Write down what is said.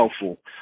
helpful